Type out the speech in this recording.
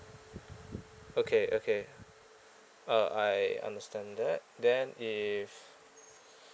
okay okay uh I understand that then if